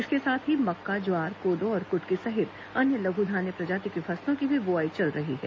इसके साथ ही मक्का ज्वार कोदो और कुटकी सहित अन्य लघ् धान्य प्रजाति के फसलों की भी बोआई चल रही है